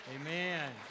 Amen